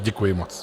Děkuji moc.